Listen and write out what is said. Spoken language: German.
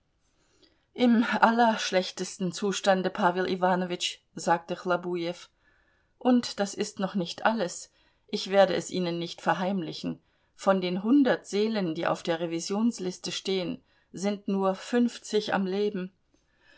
im allerschlechtesten zustande pawel iwanowitsch sagte chlobujew und das ist noch nicht alles ich werde es ihnen nicht verheimlichen von den hundert seelen die auf der revisionsliste stehen sind nur fünfzig am leben